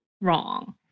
wrong